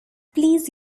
please